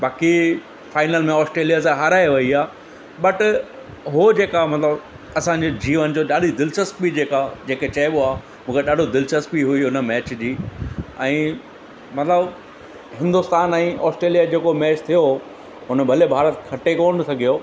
बाक़ी फाइनल में ऑस्ट्रेलिया सां हाराए वई आहे बट हो जेका मतिलबु असांजे जीवन जो ॾाढी दिलिचस्पी जेका जंहिंखे चइबो आहे मूंखे ॾाढो दिलिचस्पी हुई उन मैच जी ऐं मतिलबु हिंदुस्तान ई ऑस्ट्रेलिया ओ जेको मैच थियो उन भले भारत खटे कोन सघियो